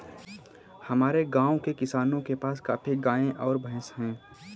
हमारे गाँव के किसानों के पास काफी गायें और भैंस है